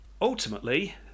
Ultimately